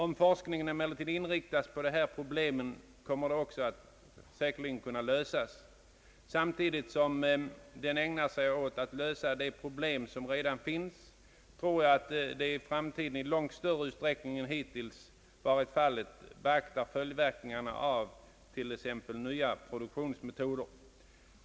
Om forskningen emellertid inriktas på dessa problem kommer de säkerligen också att kunna lösas. Samtidigt som forskningen ägnar sig åt de problem som redan finns tror jag att den i framtiden i långt större utsträckning än hittills varit fallet måste beakta följdverkningarna av t.ex. nya produktionsmetoder.